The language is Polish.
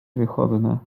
wychodne